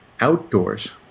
outdoors